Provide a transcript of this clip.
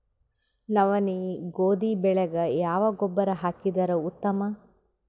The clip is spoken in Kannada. ನವನಿ, ಗೋಧಿ ಬೆಳಿಗ ಯಾವ ಗೊಬ್ಬರ ಹಾಕಿದರ ಉತ್ತಮ?